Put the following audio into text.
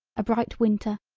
a bright winter,